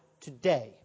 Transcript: today